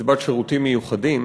קצבת שירותים מיוחדים